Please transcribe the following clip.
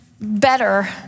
better